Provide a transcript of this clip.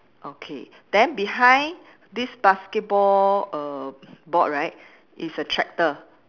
okay then behind this basketball err board right is a tractor